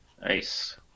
Nice